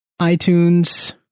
iTunes